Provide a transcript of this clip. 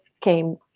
came